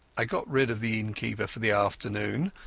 i got rid of the innkeeper for the afternoon,